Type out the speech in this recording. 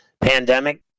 pandemic